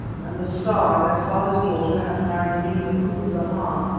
and the star, their father's daughter, had married me, macumazahn,